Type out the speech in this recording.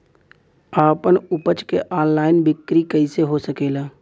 आपन उपज क ऑनलाइन बिक्री कइसे हो सकेला?